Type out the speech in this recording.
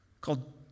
called